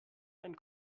ein